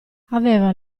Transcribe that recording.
aveva